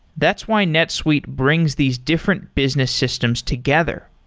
that's why netsuite brings these different business systems together.